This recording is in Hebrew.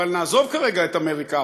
אבל נעזוב כרגע את אמריקה,